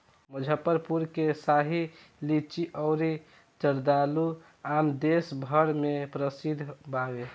मुजफ्फरपुर के शाही लीची अउरी जर्दालू आम देस भर में प्रसिद्ध बावे